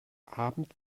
abend